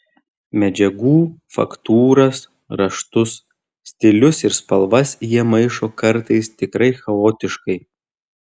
medžiagų faktūras raštus stilius ir spalvas jie maišo kartais tikrai chaotiškai